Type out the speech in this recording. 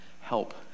help